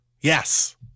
Yes